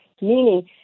Meaning